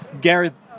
Gareth